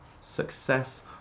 success